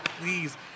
please